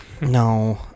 No